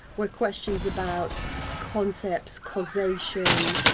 were questions about concepts, causation,